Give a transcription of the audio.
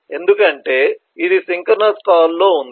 ఎందుకంటే ఇది సింక్రోనస్ కాల్లో ఉంది